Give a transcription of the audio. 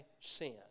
sin